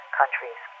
countries